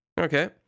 Okay